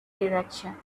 direction